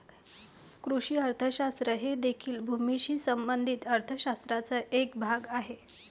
कृषी अर्थशास्त्र हे देखील भूमीशी संबंधित अर्थ शास्त्राचा एक भाग आहे